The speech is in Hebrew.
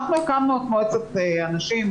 אנחנו הקמנו את מועצת הנשים,